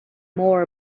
more